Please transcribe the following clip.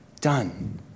Done